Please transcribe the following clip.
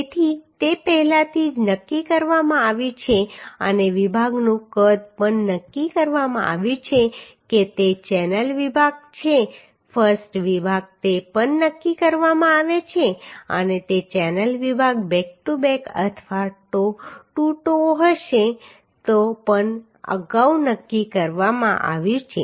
તેથી તે પહેલાથી જ નક્કી કરવામાં આવ્યું છે અને વિભાગનું કદ પણ નક્કી કરવામાં આવ્યું છે કે તે ચેનલ વિભાગ છે કે I વિભાગ તે પણ નક્કી કરવામાં આવ્યો છે અને તે ચેનલ વિભાગ બેક ટુ બેક અથવા ટો ટુ ટુ હશે તે પણ અગાઉ નક્કી કરવામાં આવ્યું છે